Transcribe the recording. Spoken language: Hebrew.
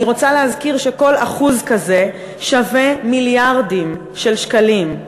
אני רוצה להזכיר שכל אחוז כזה שווה מיליארדים של שקלים,